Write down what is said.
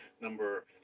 number